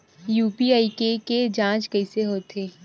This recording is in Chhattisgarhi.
यू.पी.आई के के जांच कइसे होथे?